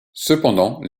cependant